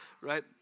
right